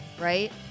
Right